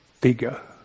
bigger